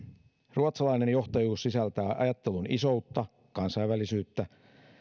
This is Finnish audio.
ruotsalainen johtajuus sisältää ajattelun isoutta ja kansainvälisyyttä